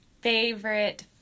Favorite